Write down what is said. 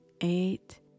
eight